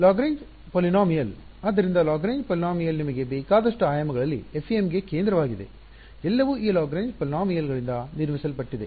Lagrange ಬಹುಪದಗಳು polynomial ಆದ್ದರಿಂದ Lagrange ಬಹುಪದಗಳು ಪೊಲಿನಾಮಿಯಲ್ ನಿಮಗೆ ಬೇಕಾದಷ್ಟು ಆಯಾಮಗಳಲ್ಲಿ FEM ಗೆ ಕೇಂದ್ರವಾಗಿವೆ ಎಲ್ಲವೂ ಈ ಲಾಗ್ರೇಂಜ್ ಬಹುಪದಗಳಿಂದ ಪೊಲಿನಾಮಿಯಲ್ ಗಳಿಂದ ನಿರ್ಮಿಸಲ್ಪಟ್ಟಿದೆ